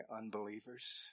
unbelievers